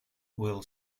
will